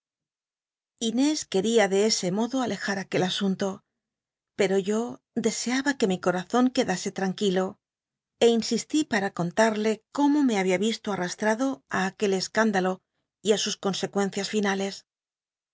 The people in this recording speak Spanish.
csponcliú ia de csc modo alejar aquel asunto pero yo deseaba que mi coazon cfuedasc llanquiió é insistí para conlade cómo me babia isto al'l'aslrado aquel escü ndalo y ú sus consecuencias finales aquello